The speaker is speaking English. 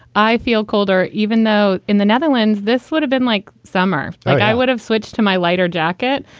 i feel colder even though in the netherlands this would have been like summer. i would have switched to my lighter jacket.